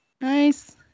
Nice